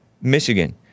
michigan